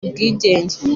ubwigenge